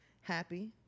Happy